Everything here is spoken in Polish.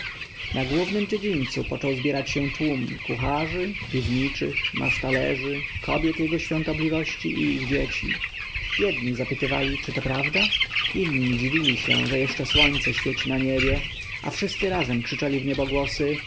na głównym dziedzińcu począł zbierać się tłum kucharzy piwniczych masztalerzy kobiet jego świątobliwości i ich dzieci jedni zapytywali czy to prawda inni dziwili się że jeszcze słońce świeci na niebie a wszyscy razem krzyczeli w niebogłosy